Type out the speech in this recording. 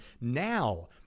now